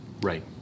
Right